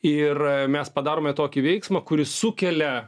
ir mes padarome tokį veiksmą kuris sukelia